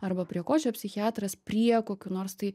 arba prie ko čia psichiatras prie kokių nors tai